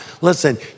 Listen